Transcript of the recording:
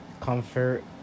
comfort